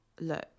look